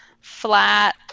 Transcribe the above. flat